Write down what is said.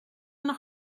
nog